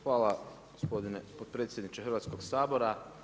Hvala gospodine potpredsjedniče Hrvatskog sabora.